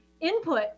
input